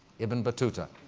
ibn battuta.